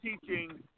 teaching